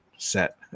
Set